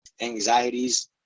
anxieties